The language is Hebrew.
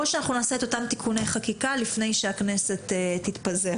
או שאנחנו נעשה את אותם תיקוני חקיקה לפני שהכנסת תתפזר.